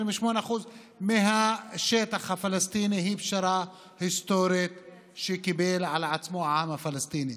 28% מהשטח הפלסטיני הוא פשרה היסטורית שקיבל על עצמו העם הפלסטיני,